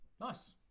nice